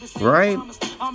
Right